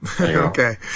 Okay